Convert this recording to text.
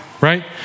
Right